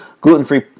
Gluten-free